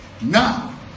now